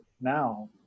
now